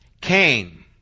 Cain